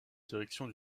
direction